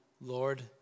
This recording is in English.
Lord